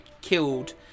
killed